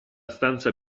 stanza